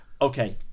okay